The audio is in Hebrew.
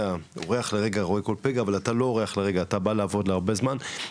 'אורח לרגע רואה כל פגע' ומאידך לא באת כאורח אלא לעבוד לזמן ארוך,